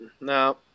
No